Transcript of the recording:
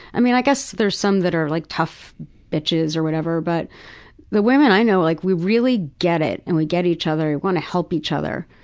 i mean, i guess there are some that are like, tough bitches or whatever. but the women i know, like, we really get it. and we get each other. we want to help each other,